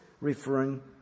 referring